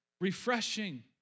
refreshing